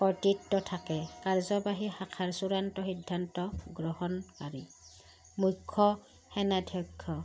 কৰ্তৃত্ব থাকে কাৰ্যবাহী শাখাৰ চূড়ান্ত সিদ্ধান্ত গ্ৰহণকাৰী মুখ্য সেনাধ্যক্ষ